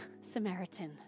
Samaritan